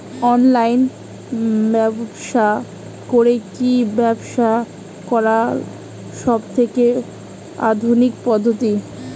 Online ব্যবসা করে কি ব্যবসা করার সবথেকে আধুনিক পদ্ধতি?